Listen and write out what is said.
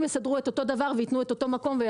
יסדרו את אותו דבר ויתנו את אותו מקום.